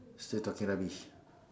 still talking rubbish